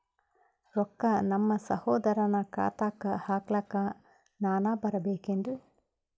ರೊಕ್ಕ ನಮ್ಮಸಹೋದರನ ಖಾತಾಕ್ಕ ಹಾಕ್ಲಕ ನಾನಾ ಬರಬೇಕೆನ್ರೀ?